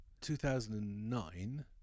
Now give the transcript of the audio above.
2009